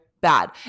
bad